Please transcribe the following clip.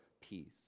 peace